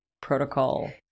protocol